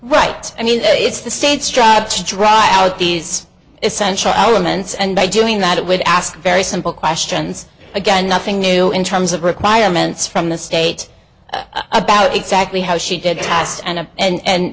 right i mean it's the state's job to dry out these essential elements and by doing that it would ask very simple questions again nothing new in terms of requirements from the state i'm about exactly how she did pass and and